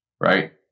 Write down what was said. right